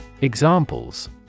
Examples